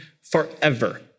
forever